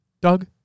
Doug